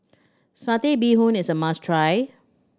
Satay Bee Hoon is a must try